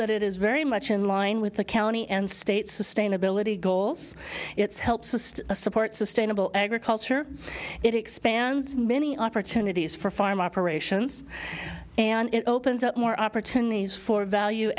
that it is very much in line with the county and state sustainability goals it's helps support sustainable agriculture it expands many opportunities for farm operations and it opens up more opportunities for value